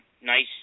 nice